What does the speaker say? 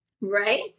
Right